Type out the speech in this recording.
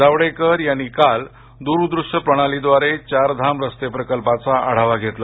जावडेकर यांनी काल द्रदृश्य प्रणालीद्वारे चारधाम रस्ते प्रकल्पाचा आढावा घेतला